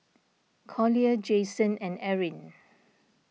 Collier Jayson and Erin